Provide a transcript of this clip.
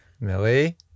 Millie